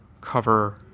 cover